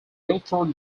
guildford